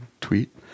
tweet